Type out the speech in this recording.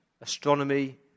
astronomy